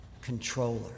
controller